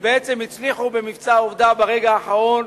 והצליחו במבצע "עובדה", ברגע האחרון,